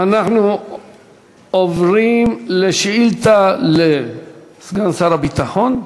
אנחנו עוברים לשאילתה לסגן שר הביטחון?